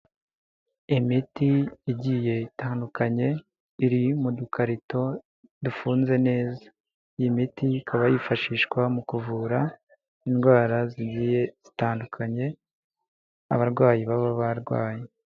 Imiti igiye itandukanye iri mu dukarito dufunze neza iyi miti ikaba yifashishwa mu kuvura indwara zigiye zitandukanye abarwayi baba barwaye.